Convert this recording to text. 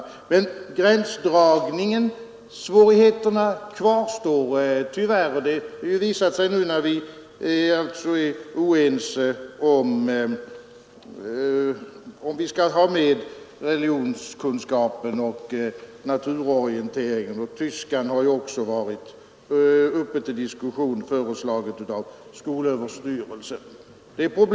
Men gränsdragningssvårigheterna kvarstår tyvärr. Det har ju visat sig nu när vi är oense om huruvida vi skall ta med religionskunskapen och naturorienteringen — även tyskan har varit uppe till diskussion sedan skolöverstyrelsen framlagt sitt förslag.